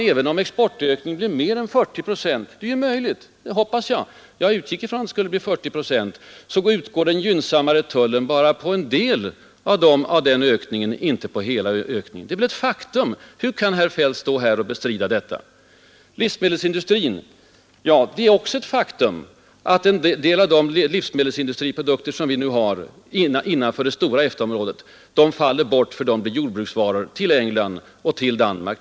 Även om exportökningen blir mer än 40 procent och det hoppas jag; jag förutsatte att den skulle bli 40 procent — kan den gynnsammare tullen komma att utgå bara på en del av ökningen och inte på hela. Det är ett faktum. Hur kan då herr Feldt stå här och bestrida detta? Så till livsmedelsindustrin! Det är också ett faktum att en del av de livsmedelsindustriprodukter som vi säljer tullfritt inom det stora EFTA området faller bort. Vi får tull på dessa produkter som till stor del exporterats till England och till Danmark.